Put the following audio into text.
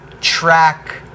track